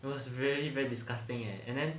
it was really very disgusting eh and then